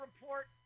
report